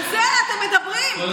על זה אתם מדברים.